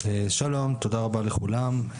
שלום, תודה רבה לכולם.